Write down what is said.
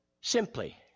simply